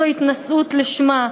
זו התנשאות לשמה.